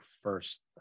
first